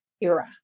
era